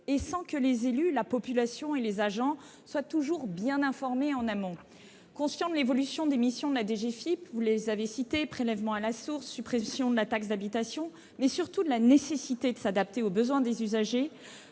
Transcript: et sans que les élus, la population ou les agents soient toujours bien informés en amont. Conscient de l'évolution des missions de la DGFiP- prélèvement à la source, suppression de la taxe d'habitation, etc. -et surtout de la nécessité de s'adapter aux besoins des usagers,